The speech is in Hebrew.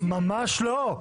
ממש לא,